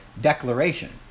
declaration